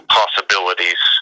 possibilities